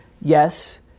Yes